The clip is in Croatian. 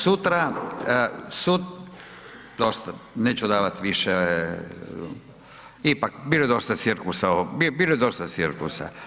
Sutra, dosta, neću davati više, ipak bilo je dosta cirkusa, bilo je dosta cirkusa.